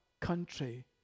country